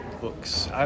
Books